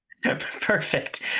Perfect